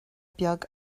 beag